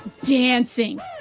dancing